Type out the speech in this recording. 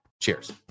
Cheers